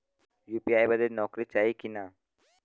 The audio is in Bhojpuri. यू.पी.आई बदे नौकरी चाही की ना?